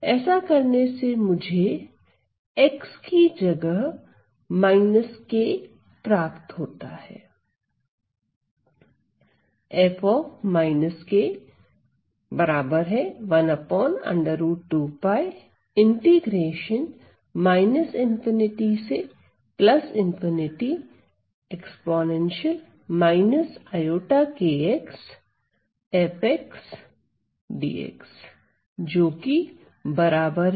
ऐसा करने से मुझे यहां x की जगह k प्राप्त होता है